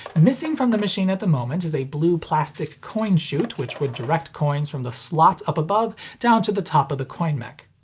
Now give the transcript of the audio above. missing from the machine at the moment is a blue plastic coin chute which would direct coins from the slot up above down to the top of the coin mech.